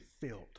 filled